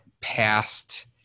past